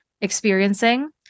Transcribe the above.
experiencing